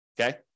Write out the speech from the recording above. okay